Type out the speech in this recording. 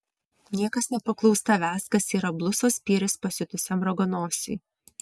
niekas nepaklaus tavęs kas yra blusos spyris pasiutusiam raganosiui